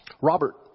Robert